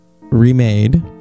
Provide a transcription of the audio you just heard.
remade